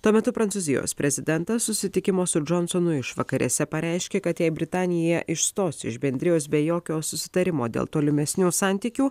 tuo metu prancūzijos prezidentas susitikimo su džonsonu išvakarėse pareiškė kad jei britanija išstos iš bendrijos be jokio susitarimo dėl tolimesnių santykių